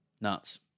Nuts